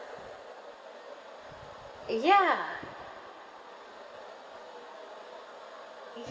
uh ya